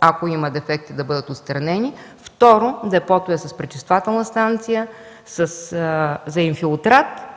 ако има дефекти в депото, да бъдат отстранени. Второ, депото е с пречиствателна станция за инфилтрат,